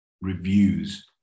reviews